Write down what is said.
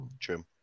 True